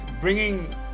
Bringing